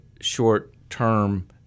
short-term